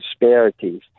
disparities